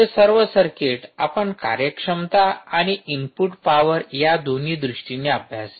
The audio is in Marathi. हे सर्व सर्किट आपण कार्यक्षमता आणि इनपुट पावरया दोन्ही दृष्टीने अभ्यासले